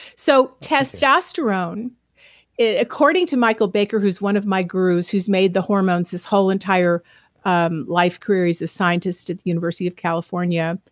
so testosterone according to michael baker whose one of my gurus who's made the hormones his whole entire um life career, he's a scientist at the university of california,